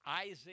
Isaiah